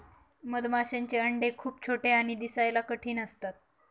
मधमाशांचे अंडे खूप छोटे आणि दिसायला कठीण असतात